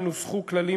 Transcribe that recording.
ונוסחו כללים,